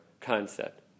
concept